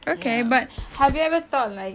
okay but have you ever thought like